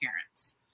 parents